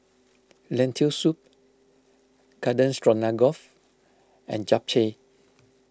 Lentil Soup Garden Stroganoff and Japchae